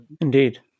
Indeed